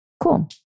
Cool